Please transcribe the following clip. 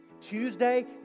Tuesday